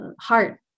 heart